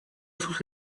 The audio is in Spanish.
sus